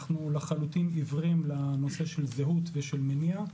אנחנו לחלוטין עיוורים לנושא של זהות ומניע.